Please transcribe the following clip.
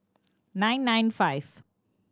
nine nine five